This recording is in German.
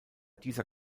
dieser